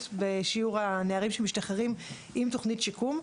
בשיעור הנערים שמשתחררים עם תוכנית שיקום.